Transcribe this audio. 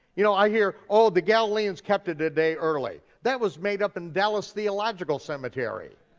you know i hear, oh, the galileans kept it a day early. that was made up in dallas theological cemetery.